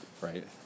right